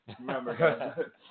Remember